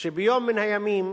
שביום מן הימים